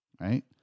right